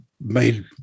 made